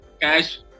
cash